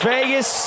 Vegas